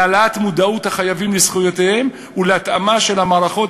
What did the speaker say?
להעלאת מודעות החייבים לזכויותיהם ולהתאמה של המערכות